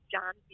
John